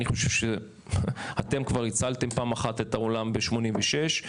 אני חושב שאתם כבר הצלתם פעם אחת את העולם בשנת 1986,